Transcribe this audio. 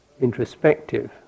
introspective